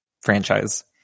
franchise